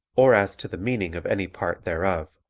or as to the meaning of any part thereof,